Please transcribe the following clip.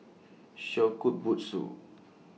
Shokubutsu